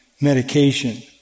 medication